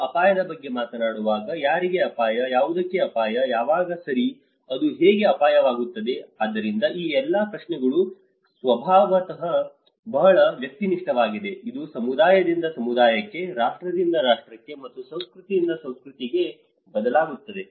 ನಾವು ಅಪಾಯದ ಬಗ್ಗೆ ಮಾತನಾಡುವಾಗ ಯಾರಿಗೆ ಅಪಾಯ ಯಾವುದಕ್ಕೆ ಅಪಾಯ ಯಾವಾಗ ಸರಿ ಅದು ಹೇಗೆ ಅಪಾಯವಾಗುತ್ತದೆ ಆದ್ದರಿಂದ ಈ ಎಲ್ಲಾ ಪ್ರಶ್ನೆಗಳು ಸ್ವಭಾವತಃ ಬಹಳ ವ್ಯಕ್ತಿನಿಷ್ಠವಾಗಿವೆ ಇದು ಸಮುದಾಯದಿಂದ ಸಮುದಾಯಕ್ಕೆ ರಾಷ್ಟ್ರದಿಂದ ರಾಷ್ಟ್ರಕ್ಕೆ ಮತ್ತು ಸಂಸ್ಕೃತಿಯಿಂದ ಸಂಸ್ಕೃತಿಗೆ ಬದಲಾಗುತ್ತದೆ